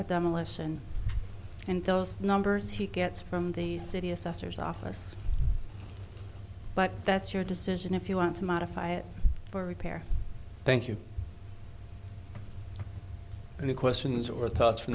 a demolition and those numbers he gets from the city assessor's office but that's your decision if you want to modify it for repair thank you any questions or thoughts from